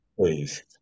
Please